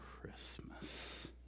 Christmas